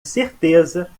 certeza